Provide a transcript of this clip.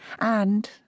and